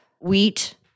wheat